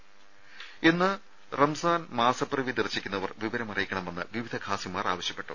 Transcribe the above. രുമ ഇന്ന് റംസാൻ മാസപ്പിറവി ദർശിക്കുന്നവർ വിവരമറിയിക്കണമെന്ന് വിവിധ ഖാസിമാർ ആവശ്യപ്പെട്ടു